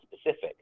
specific